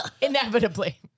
Inevitably